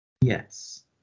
Yes